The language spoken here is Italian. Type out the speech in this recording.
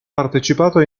partecipato